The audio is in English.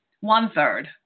one-third